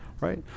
right